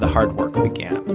hard work began.